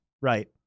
right